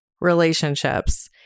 relationships